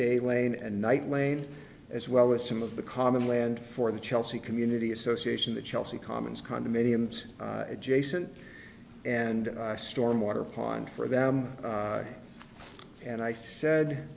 day lane and night lane as well as some of the common land for the chelsea community association the chelsea commons condominiums adjacent and stormwater pond for them and i said